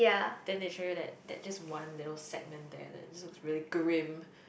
then they show you that that just one little segment there that just looks really grim